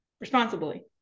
responsibly